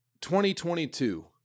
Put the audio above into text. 2022